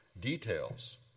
details